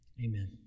Amen